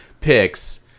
picks